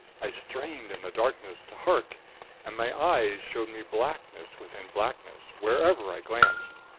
i strained in the darkness, to hark and my eyes showed me blackness within blackness, wherever i glanced,